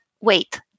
wait